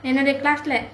என்னோட:ennoda class லே:lae